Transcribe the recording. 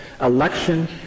election